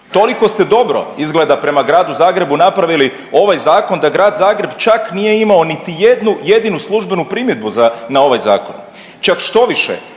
Toliko ste dobro izgleda prema gradu Zagrebu napravili ovaj zakon da grad Zagreb čak nije imao niti jednu jedinu službenu primjedbu na ovaj zakon, čak štoviše